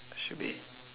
should be